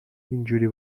اینجوری